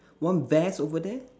one vase over there